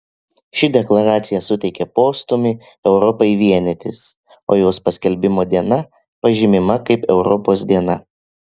ši deklaracija suteikė postūmį europai vienytis o jos paskelbimo diena pažymima kaip europos diena